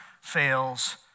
fails